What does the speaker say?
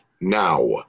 now